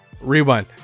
Rewind